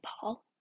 Paul